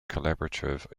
collaborative